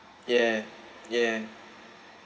yeah yeah